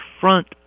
front